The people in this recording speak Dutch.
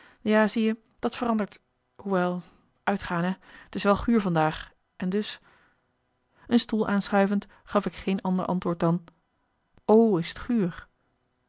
ja zie je dat verandert hoewel uitgaan hè t is wel guur van daag en dus een stoel aanschuivend gaf ik geen ander antwoord dan